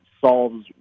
solves